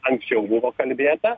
anksčiau buvo kalbėta